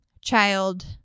child